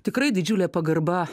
tikrai didžiulė pagarba